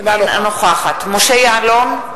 אינה נוכחת משה יעלון,